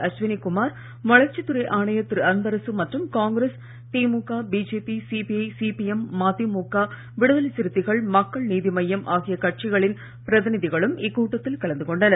அஸ்வினி குமார் வளர்ச்சித் துறை ஆணையர் திரு அன்பரசு மற்றும் Congress DMK BJP CPI CPM MDMK Viduthalai Chiruthaigal Makkal Needhi Maiam ஆகிய கட்சிகளின் பிரதிநிதிகளும் இக்கூட்டத்தில் கலந்து கொண்டனர்